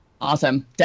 Awesome